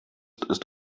ist